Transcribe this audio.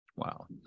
Wow